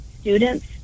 students